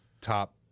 top